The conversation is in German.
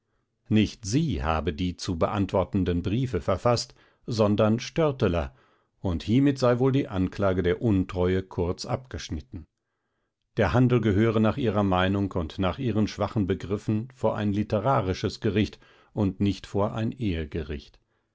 nicht sie habe die zu beantwortenden briefe verfaßt sondern störteler und hiemit sei wohl die anklage der untreue kurz abgeschnitten der handel gehöre nach ihrer meinung und nach ihren schwachen begriffen vor ein literarisches gericht und nicht vor ein